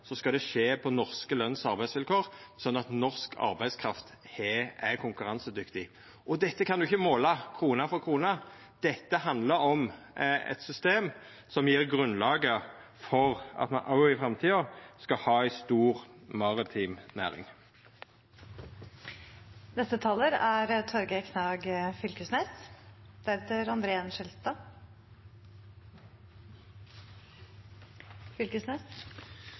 skal det skje på norske løns- og arbeidsvilkår slik at norsk arbeidskraft er konkurransedyktig. Dette kan ein ikkje måla krone for krone, dette handlar om eit system som gjev grunnlaget for at me òg i framtida skal ha ei stor maritim næring. Eg tek først som sist opp forslaga frå SV. Noreg er